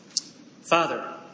father